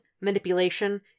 Manipulation